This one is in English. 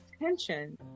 attention